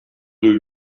deux